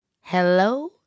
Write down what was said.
Hello